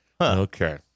Okay